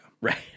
Right